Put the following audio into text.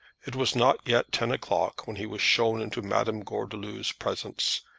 it was not yet ten o'clock when he was shown into madame gordeloup's presence,